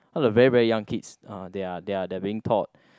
how the very very young kids uh they are they are being taught